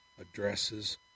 addresses